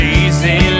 easy